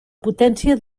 potència